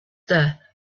there